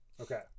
okay